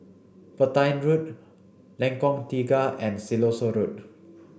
Petain Road Lengkong Tiga and Siloso Road